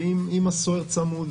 שאם הסוהר צמוד,